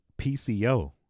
PCO